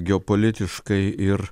geopolitiškai ir